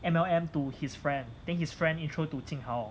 M_L_M to his friend then his friend intro to jing hao